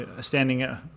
standing